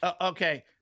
Okay